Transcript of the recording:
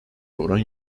oran